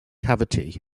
cavity